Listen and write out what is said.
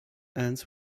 ends